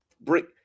Break